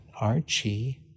Archie